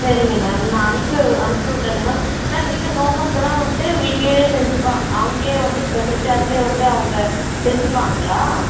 சரிங்க மேம் நான் அனுப்பி அனுப்பிவிட்றேங்க மேம் மேம் இது ஹோம்ஒர்க்கெலாம் வந்துட்டு வீட்டில் செஞ்சுப்பாங்க அங்கேயே வந்துட்டு ஸ்பெஷல் கிளாஸில் வந்துட்டு அவங்க செஞ்சுப்பாங்களா